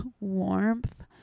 warmth